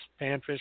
panfish